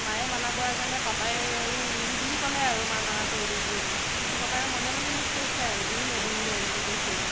তাৰপিছত মায়ে মানা কৰাৰ কাৰণে পাপাই আৰু নিদিওঁ বুলি ক'লে আৰু মায়ে মানা কৰি দিলে যিহেতু কিন্তু পাপাই মনে মনে মোক কৈছিল আৰু দিম দে দিম দে এনেকৈ কৈছিলে